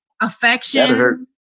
affection